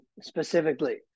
specifically